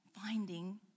finding